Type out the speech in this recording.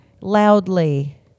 loudly